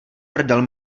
prdel